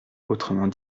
autrement